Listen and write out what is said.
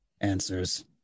answers